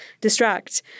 Distract